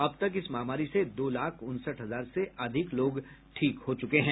अब तक इस महामारी से दो लाख उनसठ हजार से अधिक लोग ठीक हुए हैं